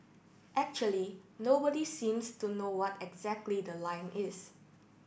actually nobody seems to know what exactly the line is